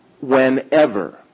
Whenever